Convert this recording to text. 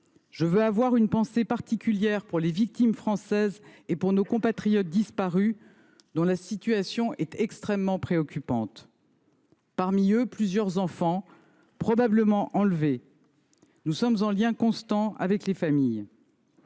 J’ai une pensée particulière pour les victimes françaises et pour nos compatriotes disparus, dont la situation est extrêmement préoccupante. Parmi eux, nous comptons plusieurs enfants probablement enlevés. Nous sommes en lien constant avec les familles.